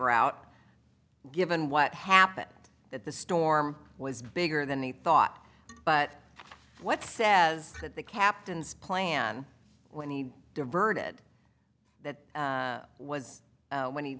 route given what happened that the storm was bigger than he thought but what says that the captain's plan when he diverted that was when he